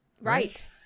Right